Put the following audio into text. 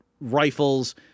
rifles